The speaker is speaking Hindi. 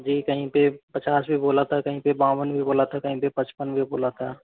जी कहीं पे पचास भी बोला था कहीं पे बावन भी बोला था कहीं पे पचपन भी बोला था